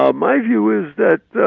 um my view is that